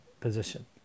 position